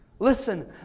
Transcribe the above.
Listen